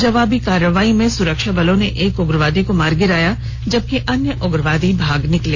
जवाबी कार्रवाई में सुरक्षा बलों ने एक उग्रवादी को मार गिराया जबकि अन्य उग्रवादी भाग निकले